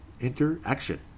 interaction